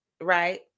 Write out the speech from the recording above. Right